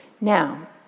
Now